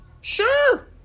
Sure